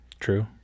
true